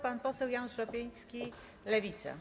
Pan poseł Jan Szopiński, Lewica.